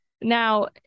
now